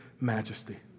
majesty